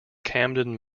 camden